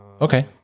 Okay